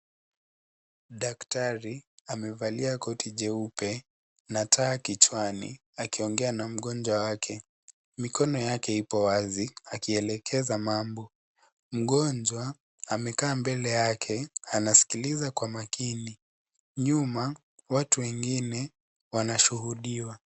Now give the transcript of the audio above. Daktari amevalia koti jeupe na taa kichwani akiongea na mgonjwa wake. Mikono yake ipo wazi akielekeza mambo. Mgonjwa amekaa mbele yake anasikiliza kwa makini. Nyuma watu wengine wanashuhudiwa.